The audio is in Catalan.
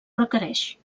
requereix